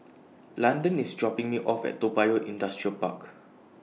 Landon IS dropping Me off At Toa Payoh Industrial Park